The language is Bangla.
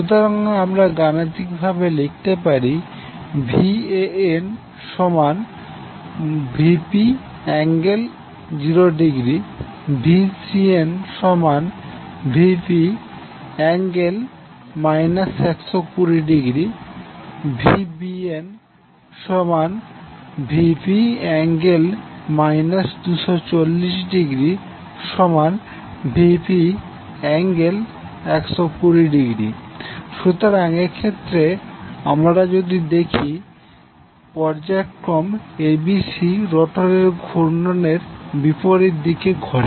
সুতরাং আমরা গাণিতিক ভাবে লিখতে পারি VanVp∠0° VcnVp∠ 120° VbnVp∠ 240°Vp∠120° সুতরাং এক্ষেত্রে আমরা যদি দেখি পর্যায়ক্রম abc রোটারের ঘূর্ণন এর বিপরীত দিকে ঘোরে